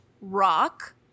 Rock